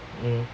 mm